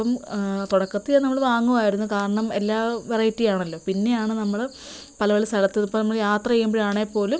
ഇപ്പം തുടക്കത്തിൽ നമ്മള് വാങ്ങുവായിരുന്നു കാരണം എല്ലാ വെറൈറ്റിയാണല്ലോ പിന്നെയാണ് നമ്മള് പല പല സ്ഥലത്ത് ഇപ്പം നമ്മള് യാത്ര ചെയ്യുമ്പഴാണേൽ പോലും